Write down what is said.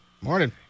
Morning